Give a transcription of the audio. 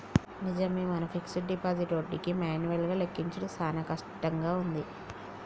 నిజమే మన fixed deposit వడ్డీకి మాన్యువల్ గా లెక్కించుడు సాన కట్టంగా ఉంది